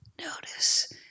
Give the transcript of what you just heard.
Notice